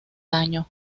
daño